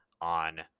on